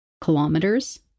kilometers